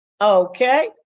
Okay